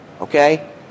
Okay